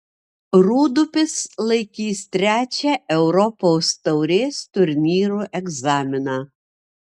rūdupis laikys trečią europos taurės turnyro egzaminą